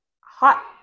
hot